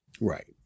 Right